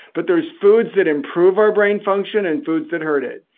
but there's foods that improve our brain function and foods that hurt it.